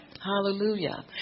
Hallelujah